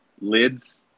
lids